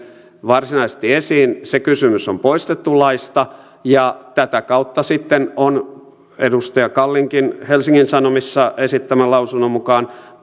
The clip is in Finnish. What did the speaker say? varsinaisesti esiin on poistettu laista ja tätä kautta sitten on edustaja kallinkin helsingin sanomissa esittämän lausunnon mukaan